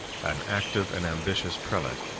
an active and ambitious prelate,